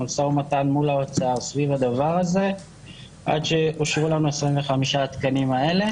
משא ומתן מול האוצר סביב הדבר הזה עד שאושרו לנו 25 התקנים האלה.